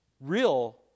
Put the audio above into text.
real